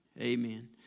Amen